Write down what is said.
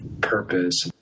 purpose